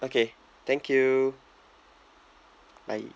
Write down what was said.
okay thank you bye